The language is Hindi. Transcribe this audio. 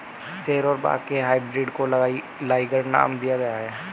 शेर और बाघ के हाइब्रिड को लाइगर नाम दिया गया है